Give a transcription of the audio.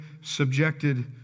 subjected